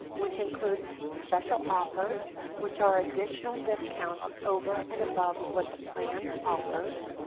which includes special offers which are additional discounts over and above what the plan offers,